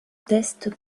tests